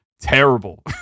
terrible